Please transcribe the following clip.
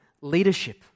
leadership